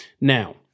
Now